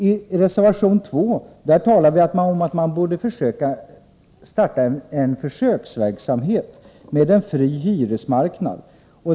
I reservation 2 framhåller vi att man borde starta en försöksverksamhet med en fri hyresmarknad.